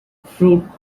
fruit